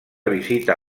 visita